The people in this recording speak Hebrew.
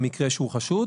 במקרה שהוא חשוד,